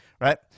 right